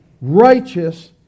righteous